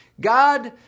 God